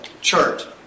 chart